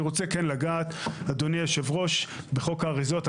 אני רוצה כן לגעת אדוני היו"ר בחוק האריזות,